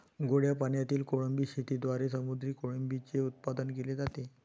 गोड्या पाण्यातील कोळंबी शेतीद्वारे समुद्री कोळंबीचे उत्पादन केले जाते